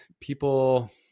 people